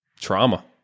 trauma